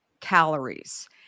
calories